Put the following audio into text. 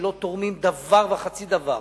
שלא תורמים דבר וחצי דבר,